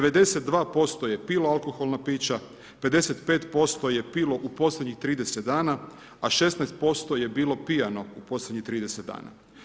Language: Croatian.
92% je pilo alkoholna pića, 55% je pilo u posljednjih 30 dana, a 16% je bilo pijano u posljednjih 30 dana.